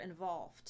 involved